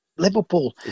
Liverpool